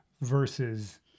versus